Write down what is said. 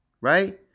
Right